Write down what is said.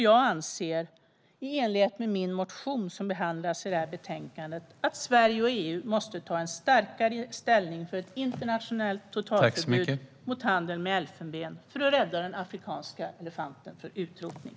Jag anser också, i enlighet med min motion som behandlas i betänkandet, att Sverige och EU måste ta starkare ställning för ett internationellt totalförbud mot handel med elfenben för att rädda den afrikanska elefanten från utrotning.